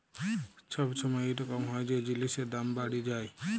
ছব ছময় ইরকম হ্যয় যে জিলিসের দাম বাড়্হে যায়